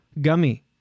gummy